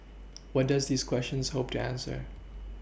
what does these questions hope to answer